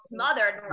Smothered